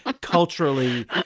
culturally